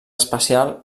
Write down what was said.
espacial